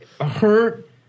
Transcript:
hurt